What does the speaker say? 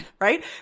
right